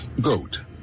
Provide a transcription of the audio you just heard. GOAT